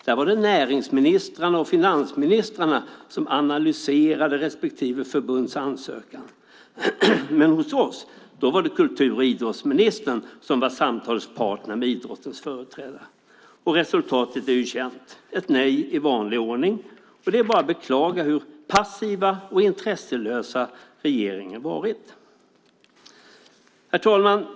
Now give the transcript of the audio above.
Där var det näringsministrarna och finansministrarna som analyserade respektive förbunds ansökan. Hos oss var det kultur och idrottsministern som var samtalspartner med idrottens företrädare. Resultatet är känt: ett nej i vanlig ordning. Det är bara att beklaga hur passiv och intresselös regeringen varit. Herr talman!